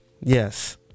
yes